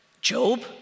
Job